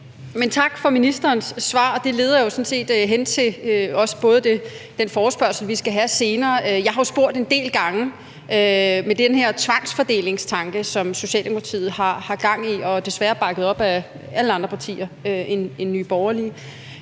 Tak for ministerens svar. Det leder jo sådan set hen til den forespørgsel, vi skal have senere. Jeg har jo spurgt en del gange angående den her tvangsfordelingstanke, som Socialdemokratiet har gang i, desværre bakket op af alle andre partier end Nye Borgerlige,